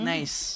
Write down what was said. Nice